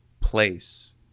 place